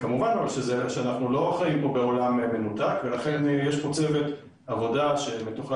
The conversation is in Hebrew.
כמובן שאנחנו לא חיים כאן בעולם מנותק ולכן יש כאן צוות עבודה שמתוחם